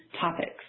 topics